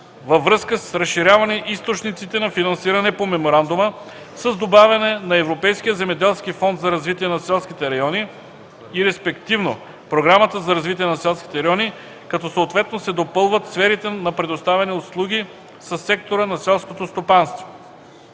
във връзка с разширяване източниците на финансиране по меморандума с добавяне на Европейския земеделски фонд за развитие на селските райони и, респективно, Програмата за развитие на селските райони, като съответно се допълват сферите на предоставяни услуги със сектора на селското стопанство.